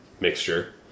mixture